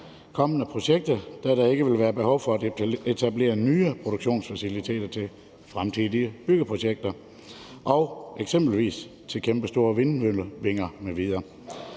kommende projekter, da der ikke vil være behov for at etablere nye produktionsfaciliteter til fremtidige byggeprojekter, eksempelvis til kæmpestore vindmøllevinger m.v.